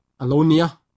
Alonia